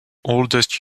oldest